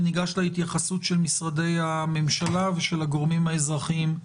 וניגש להתייחסות של משרדי הממשלה ושל הגורמים האזרחים.